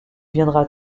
viendra